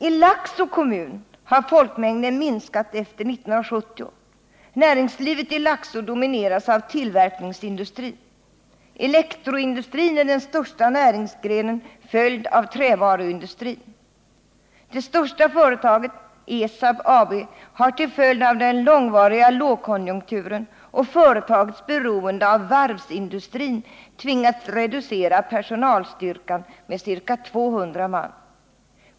I Laxå kommun har folkmängden minskat efter 1970. Näringslivet i Laxå domineras av tillverkningsindustrin. Elektroindustrin är den största näringsgrenen, följd av trävaruindustrin. Det största företaget, ESAB har till följd av den långvariga lågkonjunkturen och företagets beroende av varvsindustrin tvingats reducera personalstyrkan med ca 200 man.